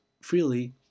freely